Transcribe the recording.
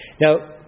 Now